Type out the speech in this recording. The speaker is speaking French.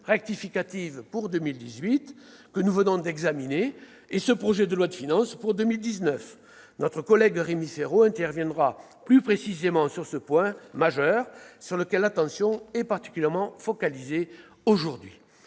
rectificative pour 2018, que nous venons d'examiner, et le projet de loi de finances pour 2019. Notre collègue Rémi Féraud interviendra plus précisément sur ce point majeur, sur lequel l'attention est particulièrement focalisée aujourd'hui.